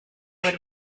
would